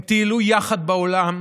הם טיילו יחד בעולם,